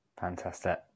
Fantastic